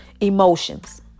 emotions